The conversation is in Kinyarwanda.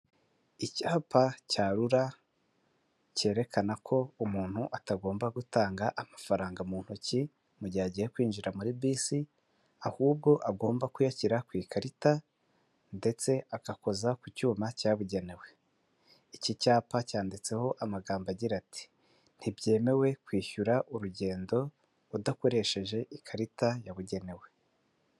Icyapa cya rura cyerekana ko umuntu atagomba gutanga amafaranga mu ntoki mu gihe agiye kwinjira muri bisi ahubwo agomba kuyashyira ku ikarita ndetse agakoza ku cyuma cyabugenewe. iki cyapa cyanditseho amagambo agira ati: ntibyemewe kwishyura urugendo udakoresheje ikarita yabugenewe.